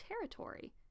territory